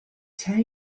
tell